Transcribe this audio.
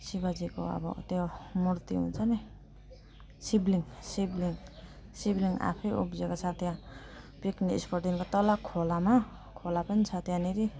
शिवजीको अब त्यो मूर्ति हुन्छ नि शिवलिङ्ग शिवलिङ्ग शिवलिङ्ग आफै उब्जिएको छ त्यहाँ पिकनिक स्पटभन्दा तल खोलामा खोला पनि छ त्यहाँनेरि